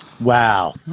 wow